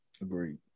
agreed